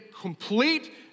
complete